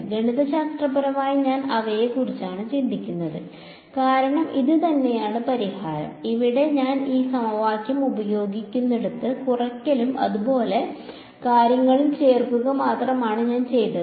ഗണിതശാസ്ത്രപരമായി ഞാൻ അവയെക്കുറിച്ചാണ് ചിന്തിക്കുന്നത് കാരണം ഇത് തന്നെയാണ് പരിഹാരം ഇവിടെ ഞാൻ ഈ സമവാക്യം ഉപയോഗിക്കുന്നിടത്ത് കുറയ്ക്കലും അതുപോലുള്ള കാര്യങ്ങളും ചേർക്കുക മാത്രമാണ് ഞാൻ ചെയ്തത്